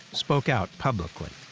spoke out publicly.